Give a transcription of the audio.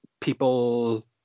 people